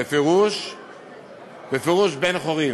בפירוש בן-חורין.